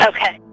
Okay